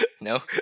no